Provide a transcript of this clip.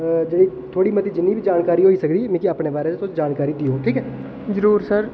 जेह्ड़ी थोह्ड़ी मती जिन्नी बी जानकारी होई सकदी मिकी अपने बारे च तुस जानकारी देओ ठीक ऐ जरूर सर